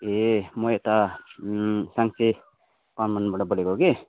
ए म यता साङ्से कमानबाट बोलेको कि